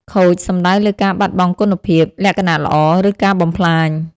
ខូច សំដៅលើការបាត់បង់គុណភាព លក្ខណៈល្អ ឬការបំផ្លាញ។